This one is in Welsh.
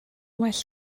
well